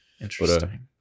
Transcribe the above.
interesting